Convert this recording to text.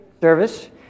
service